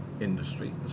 industry